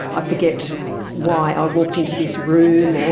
i forget why i walked into this room,